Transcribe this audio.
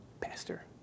Pastor